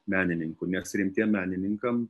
menininkų nes rimtiem menininkam